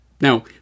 Now